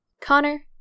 Connor